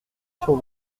sur